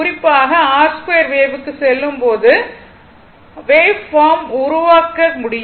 குறிப்பாக r2 வேவ்க்கு வெவ்வேறு வேவ் பார்ம் ஐ உருவாக்க முடியும்